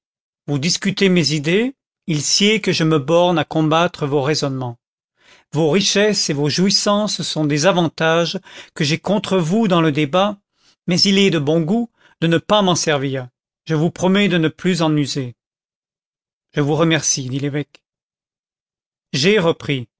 vous discutez mes idées il sied que je me borne à combattre vos raisonnements vos richesses et vos jouissances sont des avantages que j'ai contre vous dans le débat mais il est de bon goût de ne pas m'en servir je vous promets de ne plus en user je vous remercie